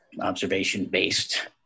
observation-based